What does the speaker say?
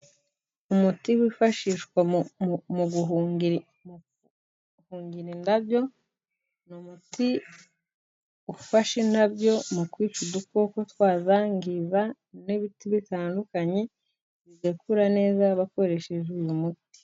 Umuti wifashishwa mu guhungira indabyo. Ni umuti ufasha indabyo mu kwica udukoko twazangiza n'ibiti bitandukanye ,bigakura neza bakoresheje uyu muti.